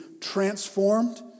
transformed